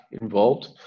involved